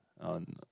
on